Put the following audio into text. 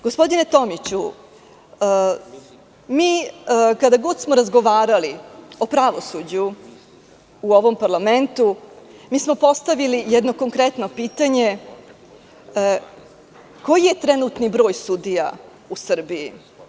Gospodine Tomiću, kada god smo razgovarali o pravosuđu u ovom parlamentu, mi smo postavili jedno konkretno pitanje – koji je trenutni broj sudija u Srbiji?